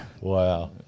Wow